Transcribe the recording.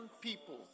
people